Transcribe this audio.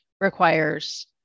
requires